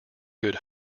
good